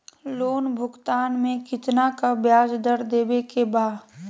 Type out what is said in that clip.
Loan भुगतान में कितना का ब्याज दर देवें के बा?